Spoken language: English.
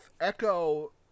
Echo